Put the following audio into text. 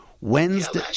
Wednesday